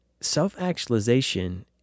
self-actualization